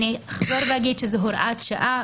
אני אחזור ואגיד שזו הוראת שעה,